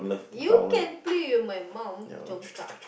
you can play with my mum Congkak